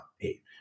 eight